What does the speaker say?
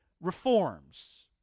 reforms